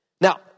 Now